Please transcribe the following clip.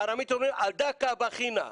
בארמית אומרים 'על דא עקא בכינא',